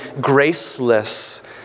graceless